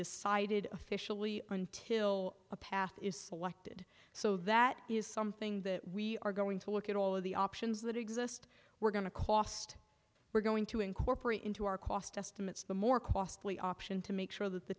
decided officially until a path is selected so that is something that we are going to look at all of the options that exist we're going to cost we're going to incorporate into our cost estimates the more costly option to make sure that the